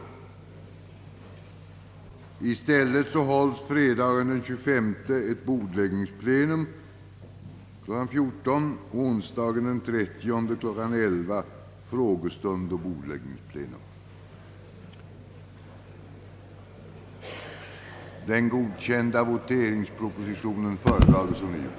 I stället hålles fredagen den 25 april kl. 14.00 bordläggningsplenum och onsdagen den 30 april kl. 11.00 frågestund och bordläggningsplenum.